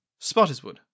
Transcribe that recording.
Spottiswood